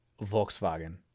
volkswagen